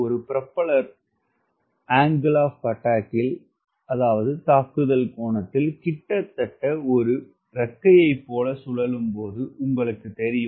ஒரு propeller angle of attack கிட்டத்தட்ட ஒரு இறக்கையைப் போல சுழலும் போது உங்களுக்குத் தெரியும்